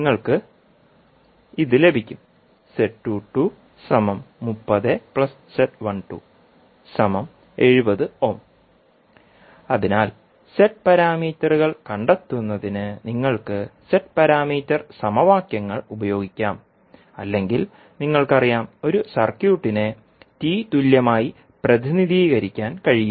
നിങ്ങൾക്ക് ഇത് ലഭിക്കും അതിനാൽ z പാരാമീറ്ററുകൾ കണ്ടെത്തുന്നതിന് നിങ്ങൾക്ക് z പാരാമീറ്റർ സമവാക്യങ്ങൾ ഉപയോഗിക്കാം അല്ലെങ്കിൽ നിങ്ങൾക്കറിയാം ഒരു സർക്യൂട്ടിനെ T തുല്യമായി പ്രതിനിധീകരിക്കാൻ കഴിയും